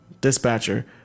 dispatcher